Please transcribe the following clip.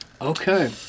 Okay